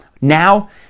Now